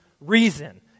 reason